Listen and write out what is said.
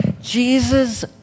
Jesus